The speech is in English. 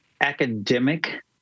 academic